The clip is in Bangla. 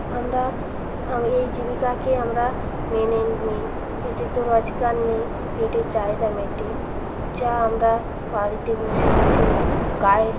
আমরা এই জীবিকাকে আমরা মেনে নিই এতে তো রোজগার নেই পেটের চাহিদা মেটে যা আমরা বাড়িতে বসে বসে গায়ে